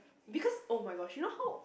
because oh-my-gosh you know how